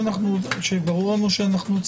אל